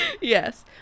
Yes